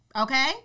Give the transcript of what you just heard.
okay